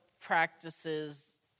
practices